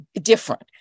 different